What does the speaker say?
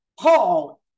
Paul